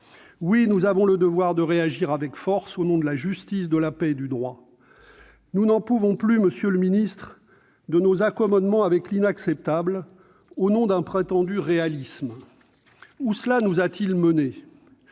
Oui, nous avons le devoir de réagir avec force, au nom de la justice, de la paix et du droit ! Nous n'en pouvons plus, monsieur le ministre, de nos accommodements avec l'inacceptable au nom d'un prétendu réalisme. Où cela nous a-t-il menés ?